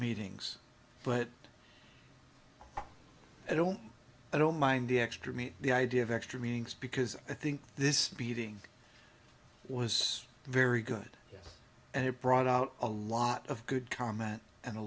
meetings but i don't i don't mind the extra me the idea of extra meetings because i think this meeting was very good and it brought out a lot of good karma and a